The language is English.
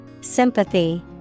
Sympathy